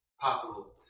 possible